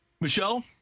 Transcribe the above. Michelle